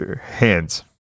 Hands